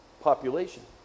population